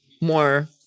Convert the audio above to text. more